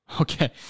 Okay